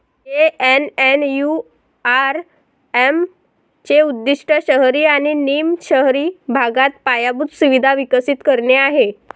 JNNURM चे उद्दीष्ट शहरी आणि निम शहरी भागात पायाभूत सुविधा विकसित करणे आहे